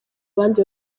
abandi